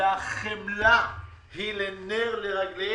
והחמלה היא נר לרגלם